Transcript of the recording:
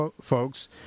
folks